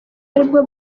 aribwo